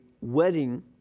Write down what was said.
wedding